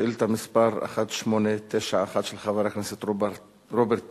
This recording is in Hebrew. שאילתא מס' 1891, של חברת הכנסת רוברט טיבייב.